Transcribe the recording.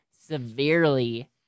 severely